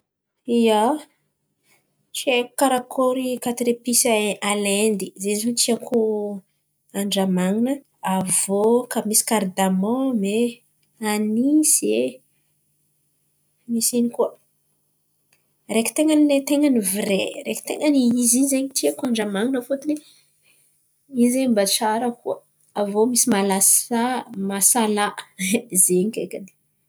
ia, tsy haiko karakôry katre epise a in- a l'indy zen̈y ziô tianko andraman̈ina. Avô misy kardamômy e, anisy e, misy inoa koa? Araiky ten̈any ten̈any vrai, araiky ten̈any izy zen̈y tiako andramanina fôton̈y in̈y zen̈y mba tsara koa. Avô misy malasà, masalà zen̈y kaikany.